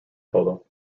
polo